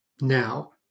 now